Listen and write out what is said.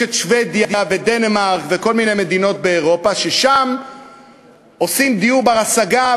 יש שבדיה ודנמרק וכל מיני מדינות באירופה שבהן עושים דיור בר-השגה,